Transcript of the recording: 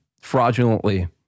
fraudulently